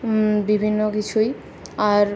বিভিন্ন কিছুই আর